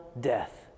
death